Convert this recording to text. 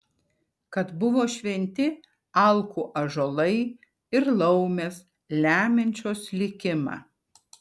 kad buvo šventi alkų ąžuolai ir laumės lemiančios likimą